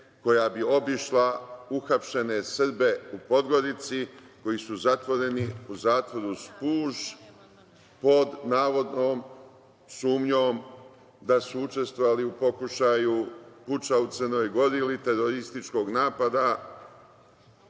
koja bi obišla uhapšene Srbe u Podgorici koji su zatvoreni u zatvoru Spuž pod navodnom sumnjom da su učestvovali u pokušaju puča u Crnoj Gori ili terorističkog napada